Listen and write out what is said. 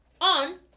on